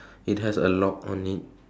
it has a lock on it